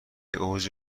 اوج